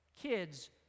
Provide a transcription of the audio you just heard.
kids